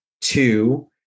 Two